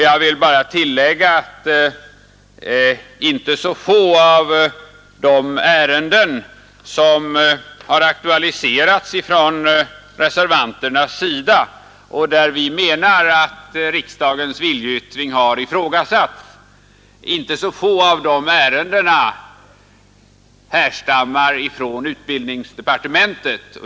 Jag skall bara tillägga att inte så få av de ärenden som aktualiserats av reservanterna och där vi menar att riksdagens viljeyttring ifrågasatts härstammar från utbildningsdepartementet.